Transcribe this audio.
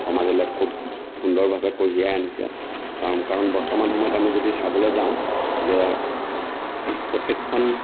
সমাজলৈ খুব সুন্দৰভাৱে কঢ়িয়াই আনিছে কাৰণ বৰ্তমান সময়ত আমি যদি চাবলৈ যাওঁ যে প্ৰত্যেকখন